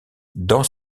dans